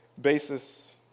basis